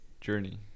journey